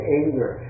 anger